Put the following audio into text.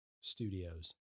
studios